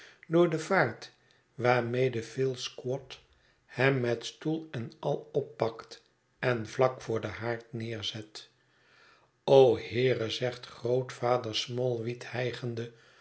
door de vaart waarmede phil squod hem met stoel en al oppakt en vlak voor den haard neerzet o heere zegt grootvader smallweed hijgende